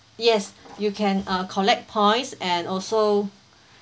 yes you can uh collect points and also